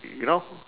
you know